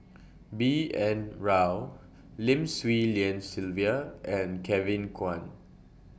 B N Rao Lim Swee Lian Sylvia and Kevin Kwan